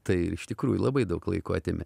tai iš tikrųjų labai daug laiko atėmė